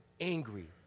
Angry